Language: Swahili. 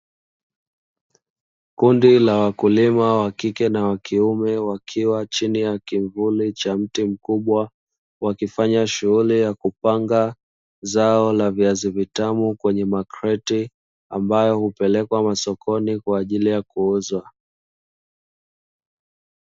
Kundi la wakulima wa kike na wa kiume wakiwa chini ya kivuli cha mti mkubwa. Wakifanya shughuli ya kupanga zao la viazi vitamu kwenye makreti, ambayo hupelekwa masokoni kwa ajili ya kuuzwa.